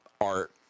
art